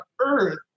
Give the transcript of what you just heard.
earth